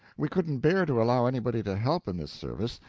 we couldn't bear to allow anybody to help in this service,